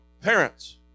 parents